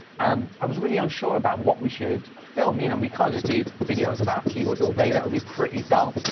and i was really unsure about what we should film, you know, we can't just do videos about keyboards all day, that would be pretty dull.